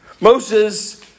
Moses